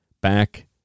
back